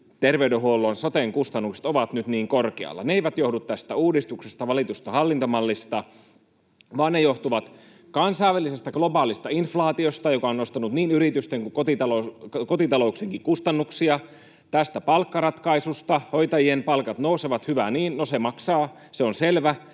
terveydenhuollon, soten, kustannukset ovat nyt niin korkealla. Ne eivät johdu tästä uudistuksesta, valitusta hallintomallista, vaan ne johtuvat kansainvälisestä globaalista inflaatiosta, joka on nostanut niin yritysten kuin kotitalouksienkin kustannuksia, tästä palkkaratkaisusta — hoitajien palkat nousevat, hyvä niin. No, se maksaa, se on selvä,